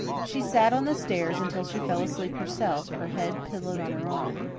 she sat on the stairs until she fell asleep herself, her head pillowed on her arm.